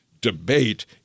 debate